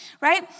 right